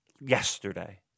yesterday